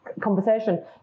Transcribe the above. conversation